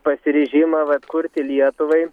pasiryžimą vat kurti lietuvai